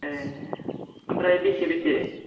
ए ओमफ्राय बेसे बेसे